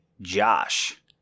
Josh